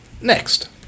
Next